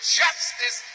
justice